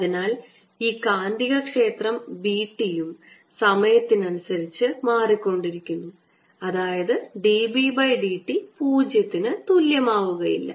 അതിനാൽ ഈ കാന്തികക്ഷേത്രം B t യും സമയത്തിനനുസരിച്ച് മാറിക്കൊണ്ടിരിക്കുന്നു അതായത് dB by dt 0 ന് തുല്യം ആയിരിക്കുകയില്ല